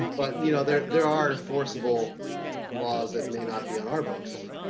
but you know there there are forceable laws that may not be on our books.